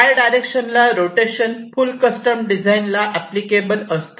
Y direction ला rotation full custom design ला applicable असते